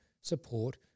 support